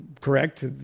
correct